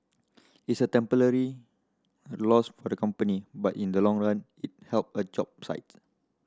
it's a temporary loss for the company but in the long run it help a job sites